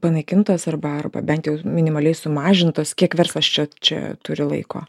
panaikintos arba arba bent jau minimaliai sumažintos kiek verslas čia čia turi laiko